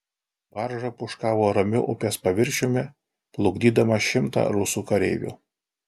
barža pūškavo ramiu upės paviršiumi plukdydama šimtą rusų kareivių